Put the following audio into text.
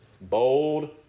Bold